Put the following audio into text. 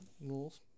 rules